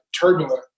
turbulent